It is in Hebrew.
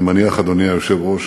אני מניח, אדוני היושב-ראש,